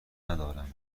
ندارم